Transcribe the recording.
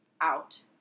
out